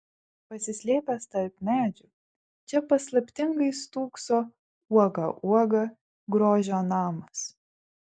pasislėpęs tarp medžių čia paslaptingai stūkso uoga uoga grožio namas